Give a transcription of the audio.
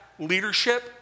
leadership